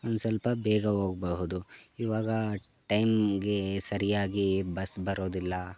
ಒಂದು ಸ್ವಲ್ಪ ಬೇಗ ಹೋಗ್ಬಹುದು ಇವಾಗ ಟೈಮ್ಗೆ ಸರಿಯಾಗಿ ಬಸ್ ಬರೋದಿಲ್ಲ